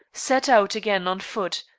set out again on foot.